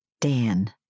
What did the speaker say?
Dan